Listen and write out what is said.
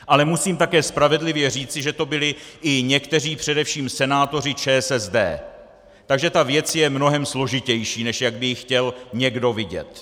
Ale musím také spravedlivě říci, že to byli i někteří především senátoři ČSSD, takže tato věc je mnohem složitější, než jak by ji chtěl někdo vidět.